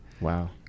Wow